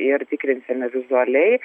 ir tikrinsime vizualiai